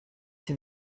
sie